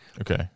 Okay